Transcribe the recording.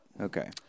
Okay